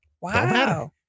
Wow